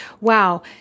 wow